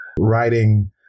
writing